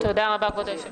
תודה רבה, כבוד היושב-ראש.